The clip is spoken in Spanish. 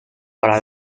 para